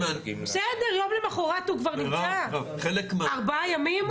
יום למחרת הוא כבר נמצא, ארבעה ימים.